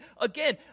Again